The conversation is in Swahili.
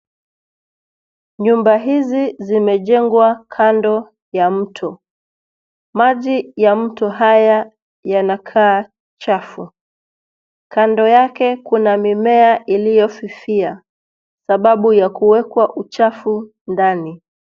Nyumba hizi zimejengwa kando ya mto. Maji ya mto haya yanakaa chafu. Kando yake, kuna mimea iliyofifia sababu ya kuwekwa uchafu ndani.